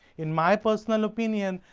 in my personal opinion,